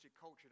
culture